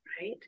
Right